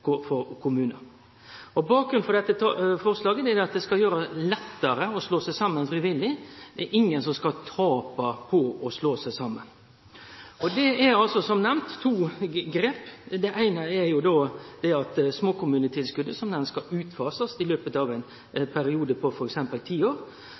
Bakgrunnen for dette forslaget er at ein skal gjere det lettare å slå seg saman frivillig. Det er ingen som skal tape på å slå seg saman. Det er, som nemnt, to grep. Det eine er at småkommunetilskottet skal utfasast i løpet av ein periode på f.eks. ti år.